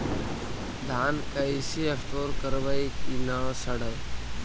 धान कैसे स्टोर करवई कि न सड़ै?